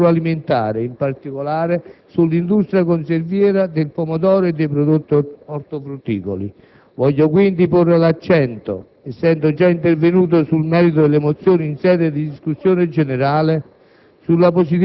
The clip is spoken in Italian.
nel settore agroalimentare, in particolare sull'industria conserviera del pomodoro e dei prodotti ortofrutticoli. Voglio, quindi, porre l'accento, essendo già intervenuto sul merito delle mozioni in sede di discussione generale,